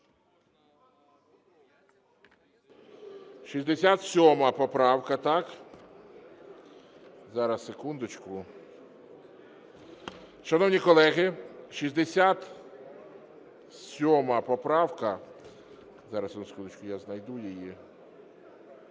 67 поправка, так. Зараз, секундочку. Шановні колеги, 67 поправка. Зараз, одну секундочку, я знайду її.